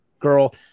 girl